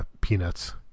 Peanuts